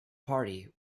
party